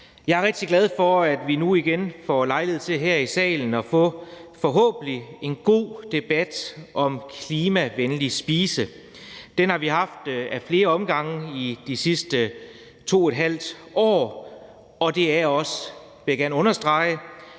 Jeg er rigtig glad for, at vi nu igen får lejlighed til her i salen at få en forhåbentlig god debat om klimavenlig spise. Den har vi haft ad flere omgange i de sidste 2½ år, og det er også, vil jeg gerne understrege,